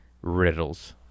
Riddles